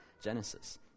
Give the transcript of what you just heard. Genesis